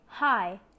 Hi